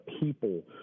people